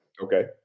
okay